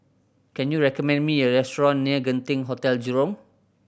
can you recommend me a restaurant near Genting Hotel Jurong